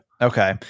Okay